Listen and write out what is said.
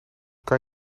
kan